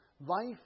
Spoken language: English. life